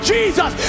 Jesus